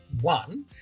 one